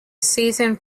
season